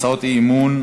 הצעות אי-אמון.